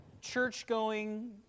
church-going